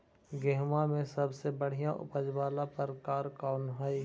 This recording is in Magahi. गेंहूम के सबसे बढ़िया उपज वाला प्रकार कौन हई?